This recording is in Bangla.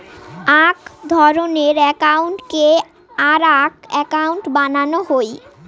আক ধরণের একউন্টকে আরাক একউন্ট বানানো হই